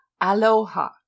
Aloha